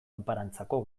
enparantzako